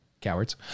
cowards